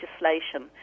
legislation